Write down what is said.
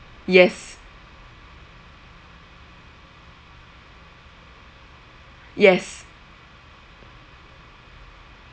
yes yes